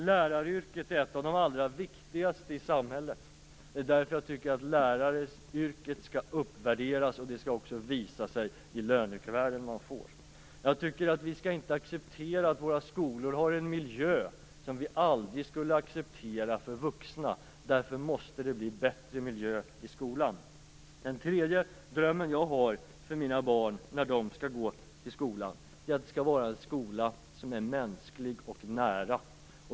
Läraryrket är ett av de allra viktigaste i samhället. Det är därför som jag tycker att läraryrket skall uppvärderas, och det skall också visa sig i det lönekuvert man får. Vi skall inte acceptera att vi i skolan har en miljö som vi aldrig skulle acceptera för vuxna. Därför måste det bli en bättre miljö i skolan. En tredje dröm jag har för mina barn när de går till skolan är att det är en skola som är mänsklig och nära.